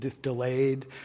delayed